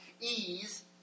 ease